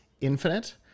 Infinite